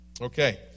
Okay